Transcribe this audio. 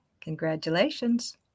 Congratulations